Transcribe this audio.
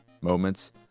moments